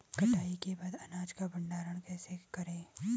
कटाई के बाद अनाज का भंडारण कैसे करें?